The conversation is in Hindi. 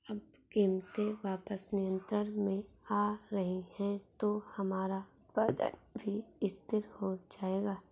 अब कीमतें वापस नियंत्रण में आ रही हैं तो हमारा उत्पादन भी स्थिर हो जाएगा